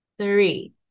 three